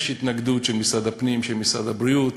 יש התנגדות של משרד הפנים, של משרד הבריאות,